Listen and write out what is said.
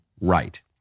right